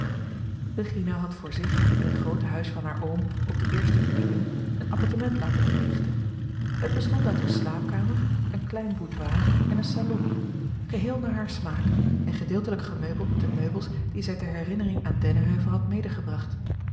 regina had voor zich in het groote huis van haar oom op de eerste verdieping een appartement laten inrichten het bestond uit eene slaapkamer een klein boudoir en een salon geheel naar haar smaak en gedeeltelijk gemeubeld met de meubels die zij ter herinnering aan dennenheuvel had medegebracht